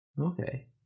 okay